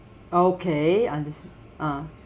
okay unders~ ah